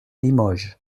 limoges